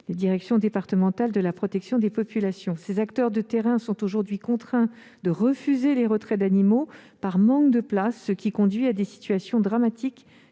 les directions départementales de la protection des populations (DDPP). Ces acteurs de terrain sont aujourd'hui contraints de refuser les retraits d'animaux par manque de place, ce qui conduit à des situations dramatiques.